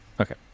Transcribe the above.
okay